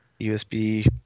usb